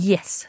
Yes